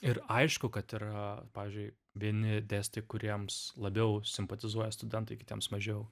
ir aišku kad yra pavyzdžiui vieni dėstytojai kuriems labiau simpatizuoja studentai kitiems mažiau